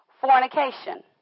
fornication